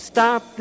Stop